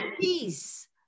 peace